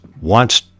wants